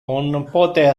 pote